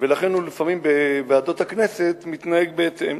ולכן לפעמים בוועדות הכנסת הוא מתנהג בהתאם.